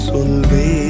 Solve